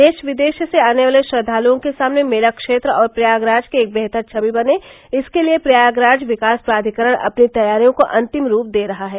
देश विदेश से आने वाले श्रद्वालऑ के सामने मेला क्षेत्र और प्रयागराज की एक बेहतर छवि बने इसके लिये प्रयागराज विकास प्राधिकरण अपनी तैयारियों को अन्तिम रूप दे रहा है